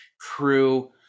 crew